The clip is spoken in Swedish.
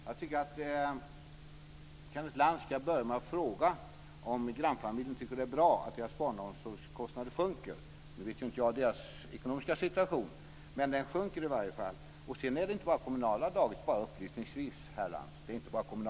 Fru talman! Jag tycker att Kenneth Lantz ska börja med att fråga om grannfamiljen tycker att det är bra att deras barnomsorgskostnad sjunker. Nu känner jag inte till familjens ekonomiska situation, men kostnaden sjunker i varje fall. Sedan är det upplysningsvis inte bara fråga om kommunala dagis, herr Lantz.